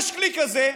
יש כלי כזה,